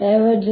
ಅವು ▽